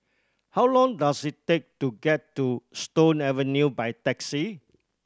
how long does it take to get to Stone Avenue by taxi